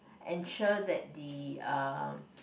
ensure that the uh